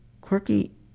quirky